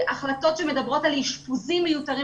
החלטות משפטיות שלא יכולות להיות ממומשות,